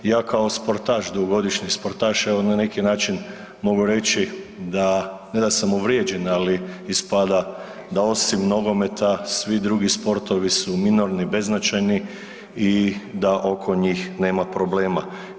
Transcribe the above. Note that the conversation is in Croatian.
Ja kao sportaš, dugogodišnji sportaš evo na neki način mogu reći ne da sam uvrijeđen, ali ispada da osim nogometa svi drugi sportovi su minorni, beznačajni i da oko njih nema problema.